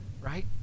right